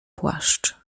płaszcz